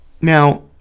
Now